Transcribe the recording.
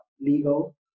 legal